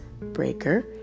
Breaker